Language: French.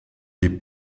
des